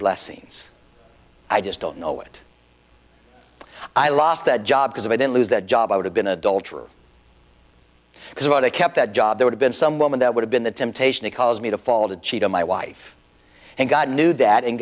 blessings i just don't know it i lost that job because i didn't lose that job i would have been adulterer it was about i kept that job they would have been some woman that would have been the temptation to cause me to fall to cheat on my wife and god knew that and